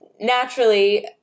naturally